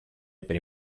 per